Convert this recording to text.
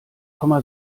komma